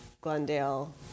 Glendale